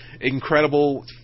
incredible